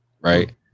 right